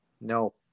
No